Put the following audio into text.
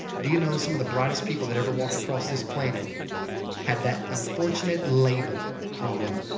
do you know some of the brightest people that ever walked across this planet had that unfortunate label on them.